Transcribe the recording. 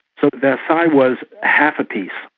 so versailles was half a peace.